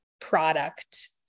product